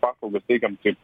paslaugas teikiam kaip